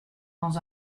dans